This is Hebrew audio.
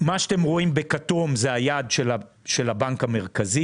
מה שאתם רואים בכתום זה היעד של הבנק המרכזי.